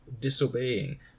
disobeying